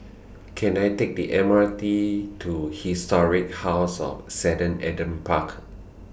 Can I Take The M R T to Historic House of seven Adam Park